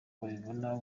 babibona